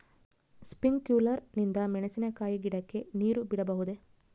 Sprinkler ನಿಂದ ಮೆಣಸಿನಕಾಯಿ ಗಿಡಕ್ಕೆ ನೇರು ಬಿಡಬಹುದೆ?